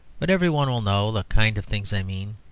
but every one will know the kind of things i mean.